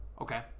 Okay